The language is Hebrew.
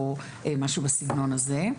או משהו בסגנון הזה.